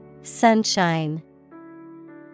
Sunshine